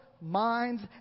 minds